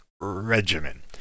regimen